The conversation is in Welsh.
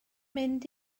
mynd